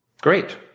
Great